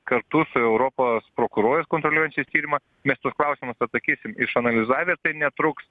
kartu su europos prokurorais kontroliuojančiais tyrimą mes tuos klausimus atsakysim išanalizavęir tai netruks